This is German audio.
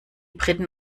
briten